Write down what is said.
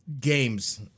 games